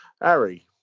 Harry